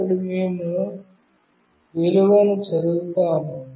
అప్పుడు మేము విలువను చదువుతున్నాము